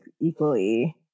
equally